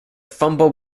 fumble